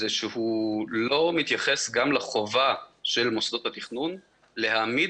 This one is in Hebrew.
שהוא לא מתייחס גם לחובה של מוסדות התכנון להעמיד